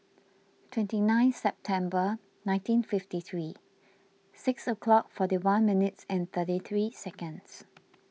twenty nine September nineteen fifty three six o'clock forty one minutes and thirty three seconds